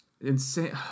Insane